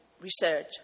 research